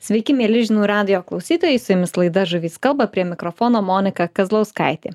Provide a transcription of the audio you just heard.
sveiki mieli žinių radijo klausytojai su jumis laida žuvys kalba prie mikrofono monika kazlauskaitė